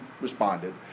responded